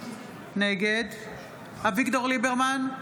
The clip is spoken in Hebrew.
נגד אביגדור ליברמן,